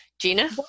Gina